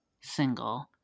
single